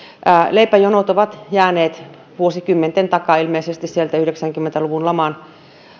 leipäjonot ovat jääneet vuosikymmenten takaa ilmeisesti sieltä yhdeksänkymmentä luvun laman